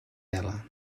vela